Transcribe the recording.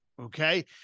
Okay